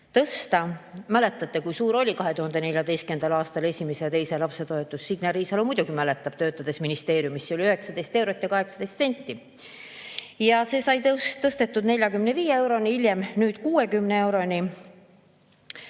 tõsta. Mäletate, kui suur oli 2014. aastal esimese ja teise lapse toetus? Signe Riisalo muidugi mäletab, sest ta töötas ministeeriumis. See oli 19 eurot ja 18 senti ja see sai tõstetud 45 euroni, hiljem 60